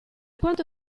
quanto